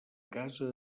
casa